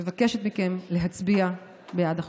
מבקשת מכם להצביע בעד החוק.